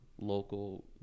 local